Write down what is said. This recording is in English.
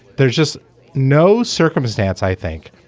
there's just no circumstance, i think,